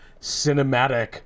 cinematic